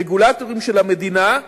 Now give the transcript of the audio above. הרגולטורים של המדינה,